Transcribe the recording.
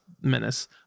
Menace